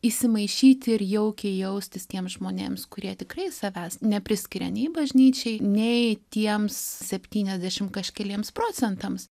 įsimaišyti ir jaukiai jaustis tiems žmonėms kurie tikrai savęs nepriskiria nei bažnyčiai nei tiems septyniasdešimt kažkeliems procentams